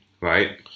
right